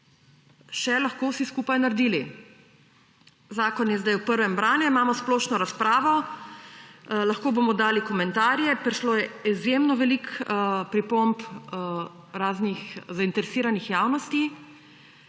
še lahko vsi skupaj naredili. Zakon je zdaj v prvem branju, imamo splošno razpravo, lahko bomo dali komentarje, prišlo je izjemno veliko pripomb raznih zainteresiranih javnosti.